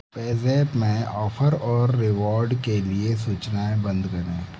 PayZapp में offer और reward के लिए सूचनाएँ बंद करें